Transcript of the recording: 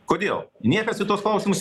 kodėl niekas į tuos klausimus